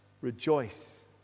rejoice